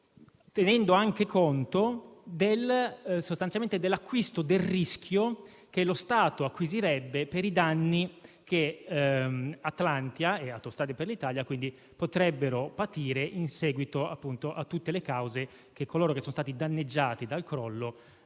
tiene anche conto del rischio che lo Stato acquisirebbe per i danni che Atlantia e Autostrade per l'Italia potrebbero patire in seguito a tutte le cause che coloro che sono stati danneggiati dal crollo